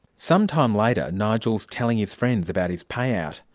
sometime later, nigel is telling his friends about his payout.